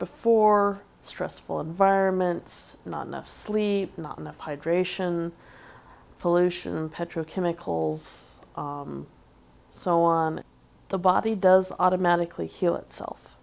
before stressful environment not enough sleep not enough hydration pollution and petrochemicals so on the body does automatically heal itself